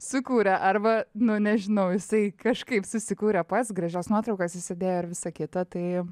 sukūrė arba nu nežinau jisai kažkaip susikūrė pats gražias nuotraukas išsėdėjo ir visa kita tai